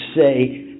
say